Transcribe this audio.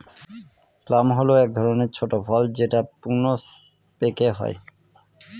plum হল এক ধরনের ছোট ফল যেটা প্রুনস পেকে হয়